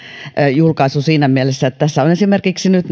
julkaisu siinä mielessä että tässä on esimerkiksi nyt